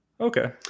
Okay